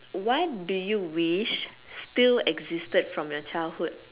what do you wish still existed from your childhood